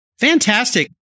fantastic